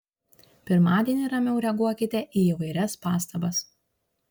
pirmadienį ramiau reaguokite į įvairias pastabas